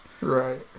right